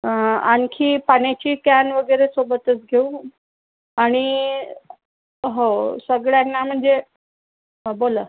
आणखी पाण्याची कॅन वगैरे सोबतच घेऊ आणि हो सगळ्यांना म्हणजे हा बोला